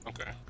Okay